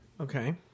Okay